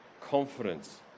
confidence